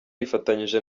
yifatanyije